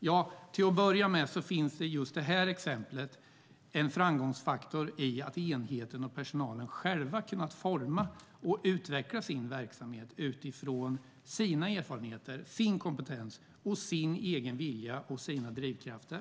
Ja, till att börja med finns det i just det här exemplet en framgångsfaktor i att enheten och personalen själva har kunnat forma och utveckla sin verksamhet utifrån sina erfarenheter, sin kompetens, sin egen vilja och sina drivkrafter.